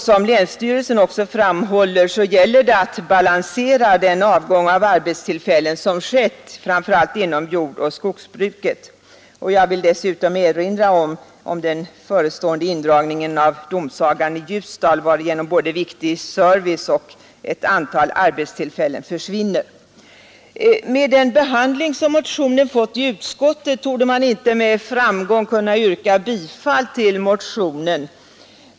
Som länsstyrelsen också framhåller gäller det att balansera den avgång av arbetstillfällen som skett inom framför allt jordoch skogsbruket. Jag vill dessutom erinra om den förestående indragningen av domsagan i Ljusdal, varigenom både viktig service och ett antal 155 arbetstillfällen försvinner. Med den behandling som motionen fått i utskottet torde man inte med framgång kunna yrka bifall till den.